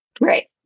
Right